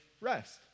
rest